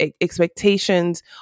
expectations